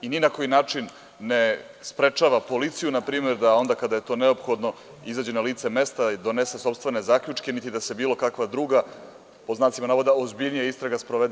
Ni na koji način ne sprečava policiju na primer, da onda kada je to neophodno izađe na lice mesta i donese sopstvene zaključke niti da se bilo kakva druga, pod znacima navoda, ozbiljnija istraga sprovede.